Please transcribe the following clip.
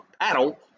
paddle